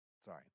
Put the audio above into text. Sorry